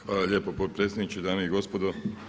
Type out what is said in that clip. Hvala lijepo potpredsjedniče, dame i gospodo!